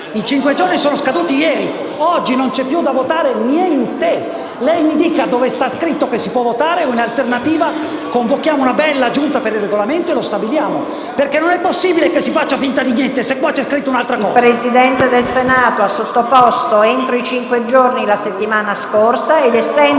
Il Presidente del Senato ha sottoposto il parere entro i cinque giorni la settimana scorsa ed essendoci,